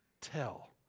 tell